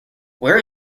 where